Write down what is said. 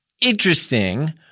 interesting